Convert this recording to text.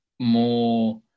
more